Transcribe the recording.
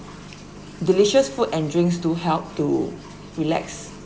delicious food and drinks to help to relax